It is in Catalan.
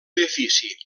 edifici